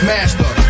Master